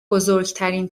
بزرگترین